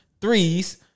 threes